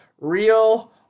real